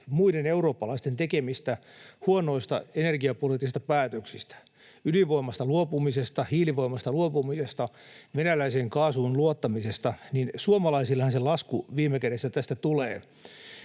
muiden eurooppalaisten tekemistä huonoista energiapoliittisista päätöksistä, ydinvoimasta luopumisesta, hiilivoimasta luopumisesta, venäläiseen kaasuun luottamisesta — suomalaisillehan se lasku viime kädessä tästä tulee.